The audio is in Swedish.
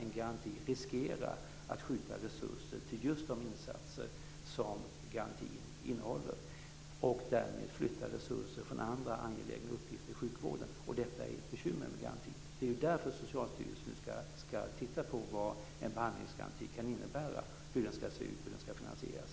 En garanti riskerar att skjuta resurser mot just de insatser som garantin innehåller och därmed flyttar resurser från andra angelägna uppgifter i sjukvården. Detta är ett bekymmer. Det är därför Socialstyrelsen skall titta på vad en behandlingsgaranti kan innebära, hur den skall se ut och hur den skall finansieras.